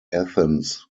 athens